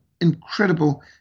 incredible